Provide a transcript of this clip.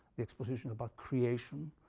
the exposition about creation,